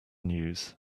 news